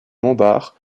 montbard